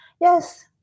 Yes